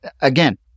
again